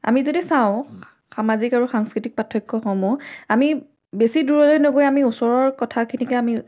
আমি যদি চাওঁ সামাজিক আৰু সাংস্কৃতিক পাৰ্থক্যসমূহ আমি বেছি দূৰলৈ নগৈ আমি ওচৰৰ কথাখিনিকে আমি